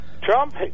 Trump